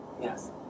yes